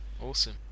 Awesome